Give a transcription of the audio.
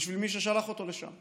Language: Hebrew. בשביל מי ששלח אותו לשם.